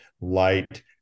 light